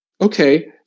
okay